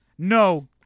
No